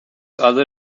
other